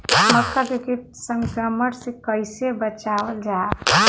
मक्का के कीट संक्रमण से कइसे बचावल जा?